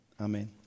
Amen